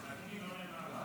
ובחנוני לא נאמר על זה.